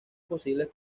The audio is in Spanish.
posibles